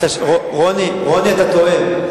רוני, רוני, אתה טועה.